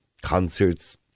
concerts